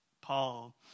Paul